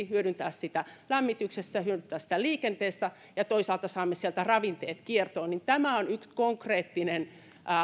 hyödyntää sitä lämmityksessä hyödyntää sitä liikenteessä ja toisaalta saamme sieltä ravinteet kiertoon niin tämä on yksi konkreettinen